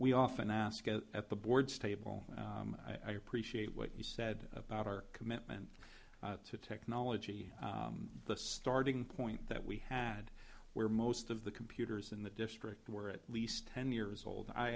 we often ask at the board's table i appreciate what you said about our commitment to technology the starting point that we had where most of the computers in the district where at least ten years old i